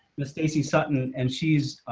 miss stacy sutton, and she's